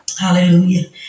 hallelujah